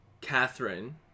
Catherine